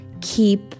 keep